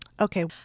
Okay